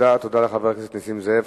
תודה לחבר הכנסת נסים זאב.